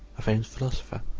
a famous philosopher,